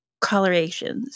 colorations